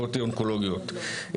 מחלקות אונקולוגיות.